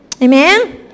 Amen